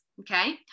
Okay